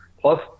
plus